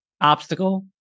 obstacle